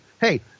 Hey